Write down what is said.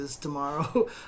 tomorrow